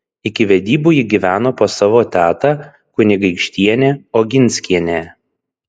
iki vedybų ji gyveno pas savo tetą kunigaikštienę oginskienę